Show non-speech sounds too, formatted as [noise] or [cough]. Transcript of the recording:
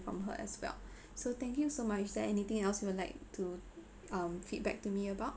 from her as well [breath] so thank you so much is there anything else you would like to um feedback to me about